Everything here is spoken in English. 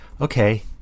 Okay